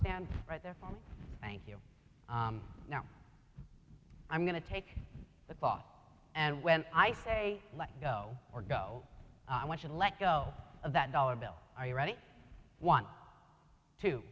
stand right there for me thank you now i'm going to take that ball and when i say let it go or go i want you to let go of that dollar bill are you ready one two